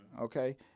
okay